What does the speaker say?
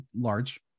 large